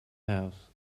house